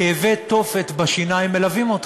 כאבי תופת בשיניים מלווים אותך?